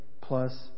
plus